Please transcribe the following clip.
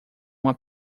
uma